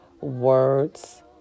words